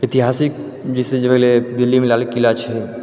इतिहासिक जे छै से भेलै दिल्लीमे लाल किला छै